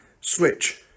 switch